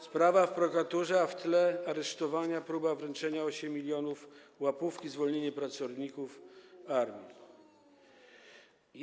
Sprawa jest w prokuraturze, a w tle aresztowania, próba wręczenia 8 mln łapówki, zwolnienie pracowników ARiMR.